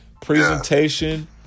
presentation